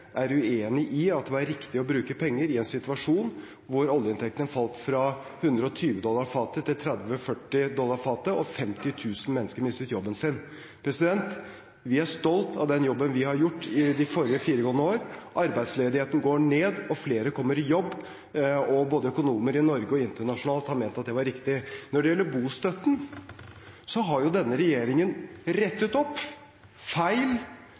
er uenig i at det var riktig å bruke penger i en situasjon der oljeinntektene falt fra 120 dollar fatet til 30–40 dollar fatet og 50 000 mennesker mistet jobben sin. Vi er stolte av den jobben vi har gjort de fire foregående årene. Arbeidsledigheten går ned, flere kommer i jobb, og økonomer både i Norge og internasjonalt har ment at det var riktig. Når det gjelder bostøtten, har denne regjeringen rettet opp feil